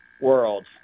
world